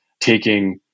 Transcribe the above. taking